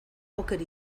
oker